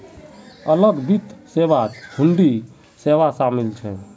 अलग वित्त सेवात हुंडी सेवा शामिल छ